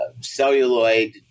celluloid